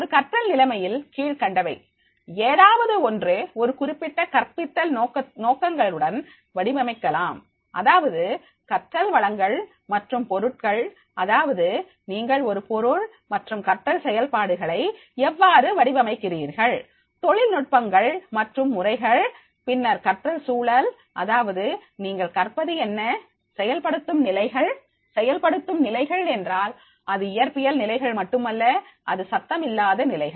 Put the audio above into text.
ஒரு கற்றல் நிலைமையில் கீழ்க்கண்டவை ஏதாவது ஒன்று ஒரு குறிப்பிட்ட கற்பித்தல் நோக்கங்களுடன் வடிவமைக்கலாம் அதாவது கற்றல் வளங்கள் மற்றும் பொருட்கள் அதாவது நீங்கள் ஒரு பொருள் மற்றும் கற்றல் செயல்பாடுகளை எவ்வாறு வடிவமைக்கிறீர்கள் தொழில்நுட்பங்கள் மற்றும் முறைகள் பின்னர் கற்றல் சூழல் அதாவது நீங்கள் கற்பது என்ன செயல்படுத்தும் நிலைகள் செயல்படுத்தும் நிலைகள் என்றால் அது இயற்பியல் நிலைகள் மட்டுமல்ல அது சத்தம் இல்லாத நிலைகள்